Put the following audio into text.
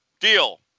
Deal